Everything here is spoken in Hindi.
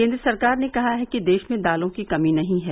केन्द्र सरकार ने कहा है कि देश में दालों की कमी नहीं है